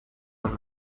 per